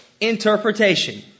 interpretation